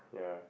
yeah